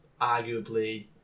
arguably